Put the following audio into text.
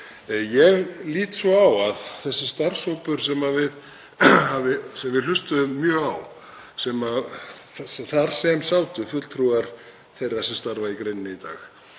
Ég lít svo á að þessi starfshópur sem við hlustuðum mjög á, þar sem sátu fulltrúar þeirra sem starfa í greininni í dag,